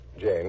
Jane